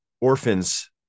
orphans